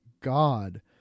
God